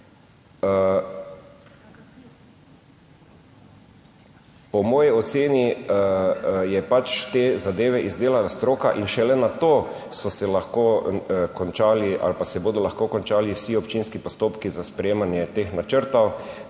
Po moji oceni je te zadeve izdelala stroka in šele nato so se lahko končali ali pa se bodo lahko končali vsi občinski postopki za sprejemanje teh načrtov